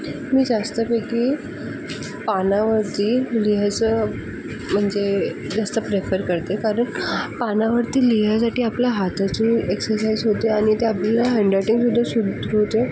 मी जास्तपैकी पानावरती लिहायचं म्हणजे जास्त प्रेफर करते कारण पानावरती लिहिण्यासाठी आपल्या हाताची एक्सरसाइज होते आणि ते आपलं हॅन्डरायटिंगसुद्धा सुधारते